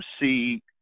see